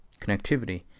Connectivity